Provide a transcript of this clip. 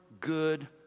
good